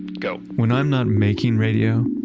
go when i'm not making radio,